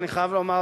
אני חייב לומר,